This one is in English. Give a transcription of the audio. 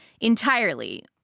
entirely